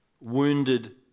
wounded